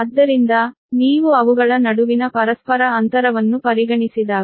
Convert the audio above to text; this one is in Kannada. ಆದ್ದರಿಂದ ನೀವು ಅವುಗಳ ನಡುವಿನ ಪರಸ್ಪರ ಅಂತರವನ್ನು ಪರಿಗಣಿಸಿದಾಗ